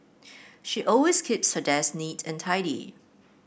she always keeps her desk neat and tidy